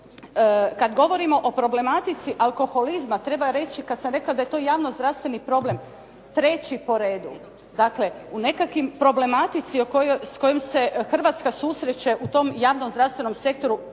Kad govorimo o problematici alkoholizma treba reći, kad sam rekla da je to javno zdravstveni problem treći po redu. Dakle, u nekakvoj problematici s kojom se Hrvatska susreće u tom javno-zdravstvenom sektoru